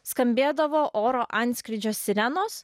skambėdavo oro antskrydžio sirenos